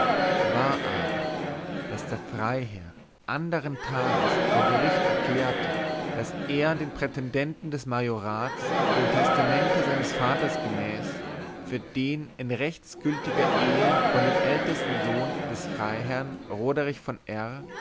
war aber daß der freiherr andern tages vor gericht erklärte daß er den prätendenten des majorats dem testamente seines vaters gemäß für den in rechtsgültiger ehe von dem ältesten sohn des freiherrn roderich von r